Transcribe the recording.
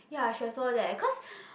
ya I should have told her that cause